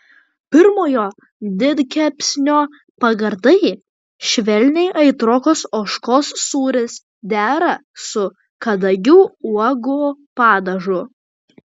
pirmojo didkepsnio pagardai švelniai aitrokas ožkos sūris dera su kadagių uogų padažu